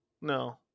No